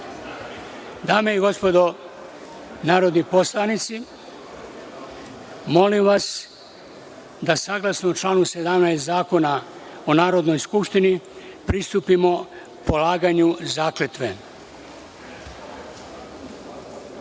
salu. Dame i gospodo narodni poslanici, molim vas da saglasno članu 17. Zakona o Narodnoj skupštini pristupimo polaganju